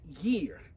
year